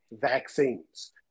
vaccines